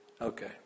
okay